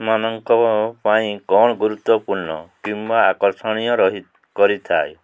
ମାନଙ୍କ ପାଇଁ କ'ଣ ଗୁରୁତ୍ୱପୂର୍ଣ୍ଣ କିମ୍ବା ଆକର୍ଷଣୀୟ ରହି କରିଥାଏ